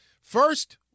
First